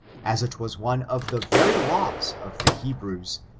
as it was one of the very laws of the he brews,